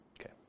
Okay